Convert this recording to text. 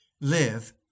live